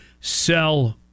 sell